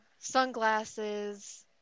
sunglasses